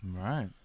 right